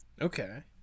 okay